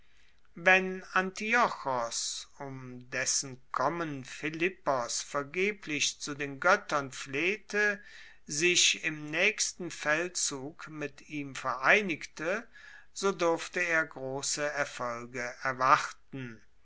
wenn antiochos um dessen kommen philippos vergeblich zu den goettern flehte sich im naechsten feldzug mit ihm vereinigte so durfte er grosse erfolge erwarten